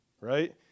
Right